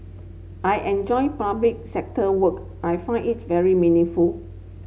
I enjoy public sector work I find it very meaningful